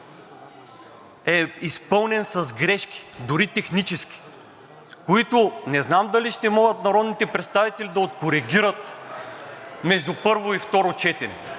е изпълнен с грешки, дори технически, които не знам дали ще могат народните представители да откоригират между първо и второ четене.